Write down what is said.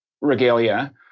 regalia